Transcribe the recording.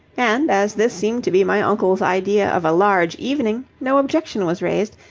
and, as this seemed to be my uncle's idea of a large evening, no objection was raised,